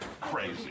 crazy